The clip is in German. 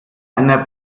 einer